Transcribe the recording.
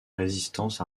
résistance